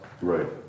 Right